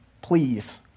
please